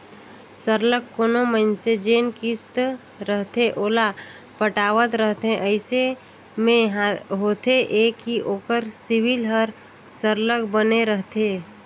सरलग कोनो मइनसे जेन किस्त रहथे ओला पटावत रहथे अइसे में होथे ए कि ओकर सिविल हर सरलग बने रहथे